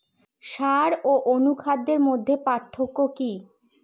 সার ও অনুখাদ্যের মধ্যে পার্থক্য কি?